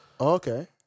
Okay